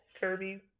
Kirby